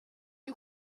you